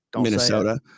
Minnesota